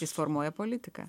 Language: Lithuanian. jis formuoja politiką